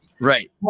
right